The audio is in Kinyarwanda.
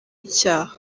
icyaha